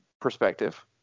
perspective